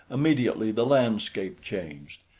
immediately the landscape changed.